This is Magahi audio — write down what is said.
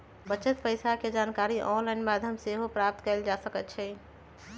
बच्चल पइसा के जानकारी ऑनलाइन माध्यमों से सेहो प्राप्त कएल जा सकैछइ